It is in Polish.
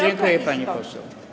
Dziękuję, pani poseł.